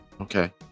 okay